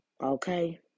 Okay